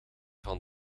van